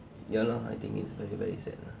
ya lor I think it's very very sad lah